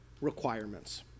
requirements